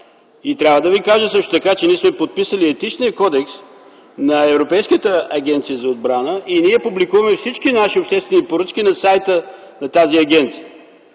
Трябва да Ви кажа също така, че ние сме подписали Етичния кодекс на Европейската агенция за отбрана и публикуваме всички наши обществени поръчки на сайта на тази агенция.